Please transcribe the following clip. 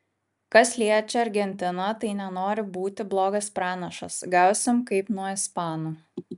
kas liečia argentiną tai nenoriu būti blogas pranašas gausim kaip nuo ispanų